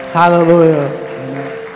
Hallelujah